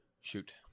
shoot